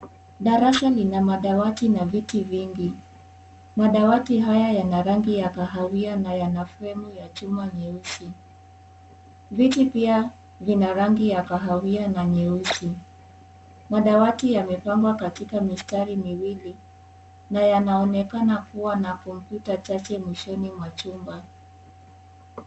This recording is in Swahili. Darasa lina madawati na viti vingi , madawati haya yana rangi ya kahawia na yana fremu ya chuma nyeusi . Viti pia vina rangi ya kahawia na nyeusi . Madawati yamepangwa katika mistari miwili na yanaonekana kuwa na kompyuta chache mwishoni mwa chumba.